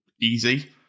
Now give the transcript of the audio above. easy